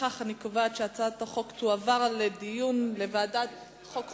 לפיכך אני קובעת שהצעת החוק תועבר לדיון בוועדת החוקה,